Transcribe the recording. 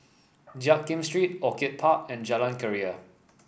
Jiak Kim Street Orchid Park and Jalan Keria